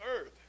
earth